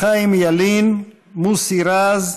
חיים ילין, מוסי רז,